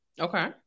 Okay